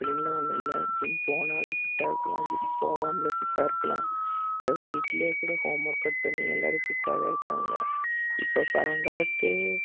அப்படின்லாம் ஒன்றும் இல்லை ஜிம் போனாலும் ஃபிட்டாக இருக்கலாம் ஜிம் போகாமலும் ஃபிட்டாக இருக்கலாம் இப்போ வீட்டில் கூட ஹோம் ஒர்க்கவுட் பண்ணி எல்லோரும் ஃபிட்டாகதான் இருக்காங்க இப்போ பழங்காலத்து